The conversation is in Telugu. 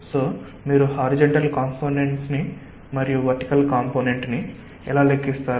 కాబట్టి మీరు హారీజంటల్ కాంపొనెంట్ ని మరియు వర్టికల్ కాంపొనెంట్ ని ఎలా లెక్కిస్తారు